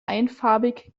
einfarbig